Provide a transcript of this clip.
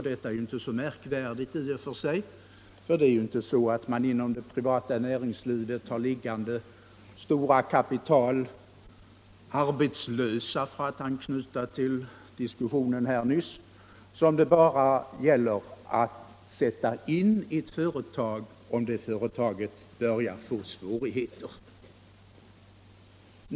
Detta är inte så märkvärdigt i och för sig, för det privata näringslivet har inte stora kapital liggande ”arbetslösa”, för att anknyta till diskussionen här nyss, som det bara gäller att sätta in i ett företag som börjar få svårigheter.